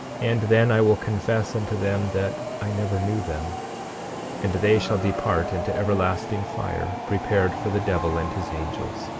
and then i will confess unto them that i never knew them and they shall depart into everlasting fire prepared for the devil and his angels.